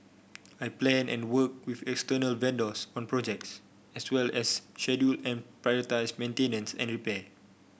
I plan and work with external vendors on projects as well as schedule and prioritise maintenance and repair